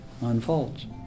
unfolds